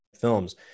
Films